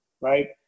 right